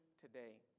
today